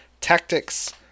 tactics